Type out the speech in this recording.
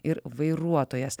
ir vairuotojas